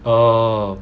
orh